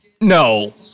No